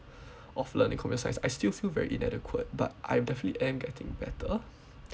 of learning computer science I still feel very inadequate but I definitely am getting better